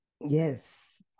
Yes